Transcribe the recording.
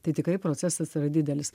tai tikrai procesas yra didelis